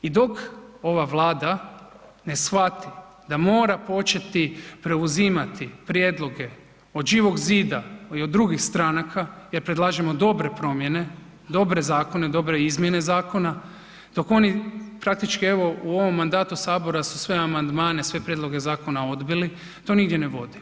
I dok ova Vlada ne shvati da mora početi preuzimati prijedloge od Živog zida i od drugih stranaka jer predlažemo dobre promjene, dobre zakone, dobre izmijene zakona, dok oni praktički, evo u ovom mandatu Sabora su sve amandmane, sve prijedloge zakona odbili, to nigdje ne vodi.